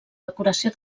decoració